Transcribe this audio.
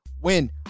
win